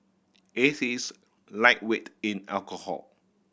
his is lightweight in alcohol